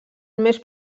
més